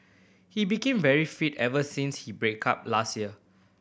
he became very fit ever since he break up last year